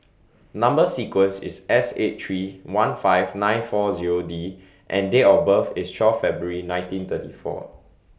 Number sequence IS S eight three one five nine four Zero D and Date of birth IS twelve February nineteen thirty four